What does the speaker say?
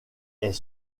est